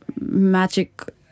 magic